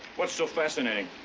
what's so fascinating?